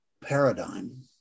paradigm